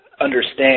understand